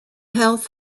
health